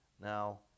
now